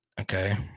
okay